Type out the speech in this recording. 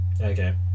Okay